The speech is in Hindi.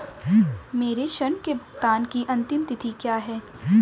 मेरे ऋण के भुगतान की अंतिम तिथि क्या है?